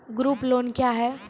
Group loan क्या है?